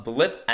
Blip